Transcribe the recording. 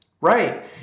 Right